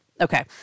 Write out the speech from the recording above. Okay